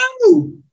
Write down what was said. no